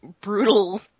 brutal